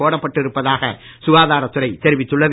போடப்பட்டிருப்பதாக சுகாதாரத் துறை தெரிவித்துள்ளது